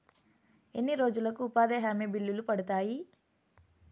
ఎన్ని రోజులకు ఉపాధి హామీ బిల్లులు పడతాయి?